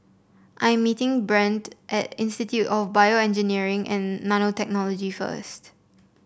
I am meeting Brent at Institute of BioEngineering and Nanotechnology first